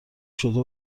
شده